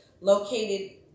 located